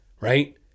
right